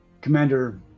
commander